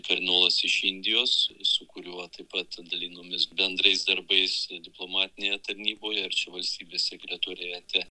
kardinolas iš indijos su kuriuo taip pat dalinomės bendrais darbais diplomatinėje tarnyboje ir čia valstybės sekretoriate